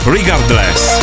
Regardless